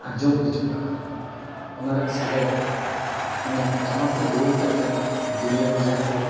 ᱟᱸᱡᱚᱢ ᱦᱤᱡᱩᱜᱼᱟ ᱚᱱᱟ ᱨᱮᱭᱟᱜ ᱥᱟᱰᱮ ᱢᱟᱱᱮ ᱴᱟᱢᱟᱠ ᱵᱮᱱ ᱨᱩ ᱟᱠᱟᱫ ᱠᱷᱟᱱ ᱫᱩᱱᱤᱭᱟᱹ ᱦᱚᱲ ᱡᱟᱦᱟᱸ ᱠᱚ